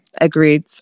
agreed